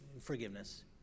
forgiveness